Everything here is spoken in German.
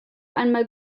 einmal